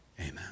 Amen